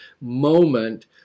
moment